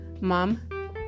Mom